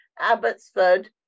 Abbotsford